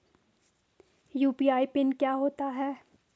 UPI PIN क्या होता है?